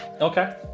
Okay